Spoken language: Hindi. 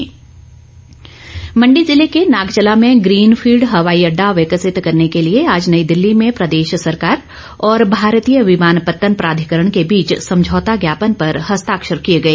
एमओयू मंडी ज़िले के नागचला में ग्रीन फील्ड हवाई अड्डा विकसित करने के लिए आज नई दिल्ली में प्रदेश सरकार और भारतीय विमानपत्तन प्राधिकरण के बीच समझौता ज्ञापन पर हस्ताक्षर किए गए